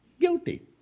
guilty